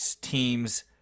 teams